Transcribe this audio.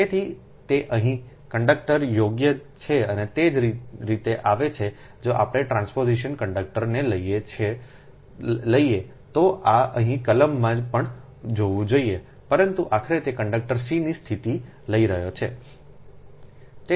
તેથી તે અહીં કંડક્ટર યોગ્ય છે અને તે જ રીતે આવે છે જો આપણે ટ્રાન્સપોઝિશન કંડક્ટર ન લઈએ તો એ અહીં કલમ માં પણ હોવું જોઈએ પરંતુ આખરે તે કંડક્ટર c ની સ્થિતિ લઈ રહ્યો છે